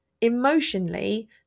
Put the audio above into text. Emotionally